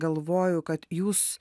galvoju kad jūs